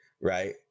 right